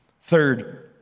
Third